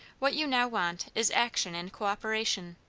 what you now want is action and cooperation.